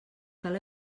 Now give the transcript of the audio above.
cal